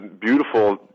beautiful